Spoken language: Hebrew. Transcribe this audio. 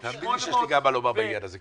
תאמין לי שיש לי גם מה לומר בעניין הזה.